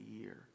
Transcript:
year